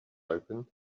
open